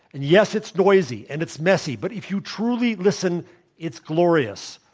and yes, it's noisy and it's messy, but if you truly listen it's glorious.